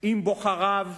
עם בוחריו,